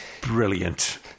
Brilliant